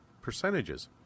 percentages